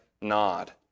nod